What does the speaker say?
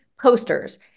posters